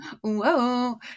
Whoa